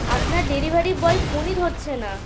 আপনার delivery boy ফোনই ধরছে না